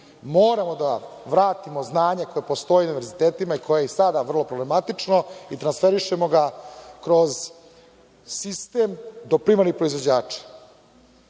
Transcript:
Moramo da vratimo znanje koje postoji na univerzitetima i koje je i sada vrlo problematično i transferišemo ga kroz sistem do primarnih proizvođača.